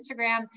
Instagram